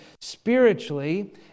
spiritually